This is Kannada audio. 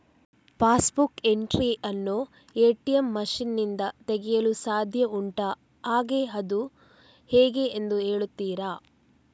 ಪಾಸ್ ಬುಕ್ ಎಂಟ್ರಿ ಯನ್ನು ಎ.ಟಿ.ಎಂ ಮಷೀನ್ ನಿಂದ ತೆಗೆಯಲು ಸಾಧ್ಯ ಉಂಟಾ ಹಾಗೆ ಅದು ಹೇಗೆ ಎಂದು ಹೇಳುತ್ತೀರಾ?